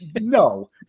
No